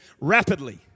rapidly